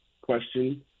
question